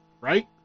right